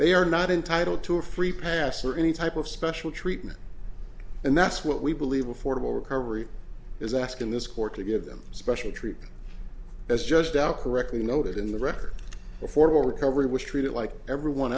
they are not entitled to a free pass or any type of special treatment and that's what we believe affordable recovery is asking this court to give them special treatment as just out correctly noted in the record before recovery was treated like everyone